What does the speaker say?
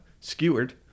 skewered